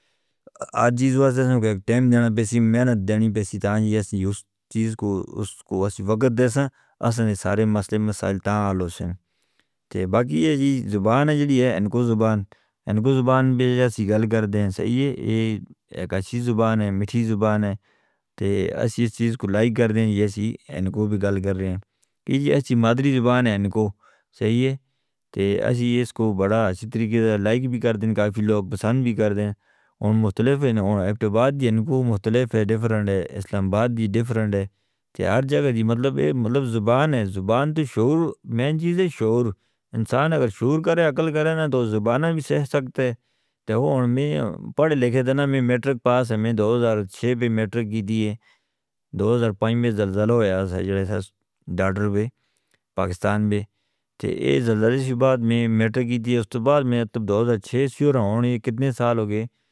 آج بھی زبان میں ٹائم دینا بسیں میں نے دینی بسیدان جیسا چیز کو اس کو واسطے وقت دے سن، اس نے سارے مسئلے مسائل تانے آلو سن۔ باقی یہ جی زبان ہے جی انکو زبان، انکو زبان بھی جیسی گل کر دیں صحیح ہے، یہ ایک اچھی زبان ہے میٹھی زبان ہے، اس چیز کو لائک کر دیں جیسی ان کو بھی گل کر رہے ہیں، کہ جی اچھی مادری زبان ہے ان کو، صحیح ہے، ہم اس کو بڑا اچھی طریقے سے لائک بھی کر دیں کافی لوگ پسند بھی کر دیں، اور مختلف ہیں، اور ایپٹباد جی ان کو مختلف ہے، اسلامباد جی ڈیفرنٹ ہے، کہ ہر جگہ دی مطلب ہے زبان ہے، زبان تو شعور، میں چیز ہے شعور، انسان اگر شعور کرے عقل کرے نا تو زبانیں بھی سہ سکتے ہیں، تو وہ ہم پڑھ لکھے دنہ میں میٹرک پاس ہیں، میں دوہزار چھے بھی میٹرک کی دی ہیں، دوہزار پانچ میں زلزل ہویا تھا جوڑے ساتھ، ڈاٹر پہ، پاکستان پہ، تو یہ زلزلے کے بعد میں میٹرک کی دی ہے، اس کے بعد میں دوہزار چھے سے ہوں، کتنے سال ہو گئے ہیں؟